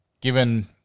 Given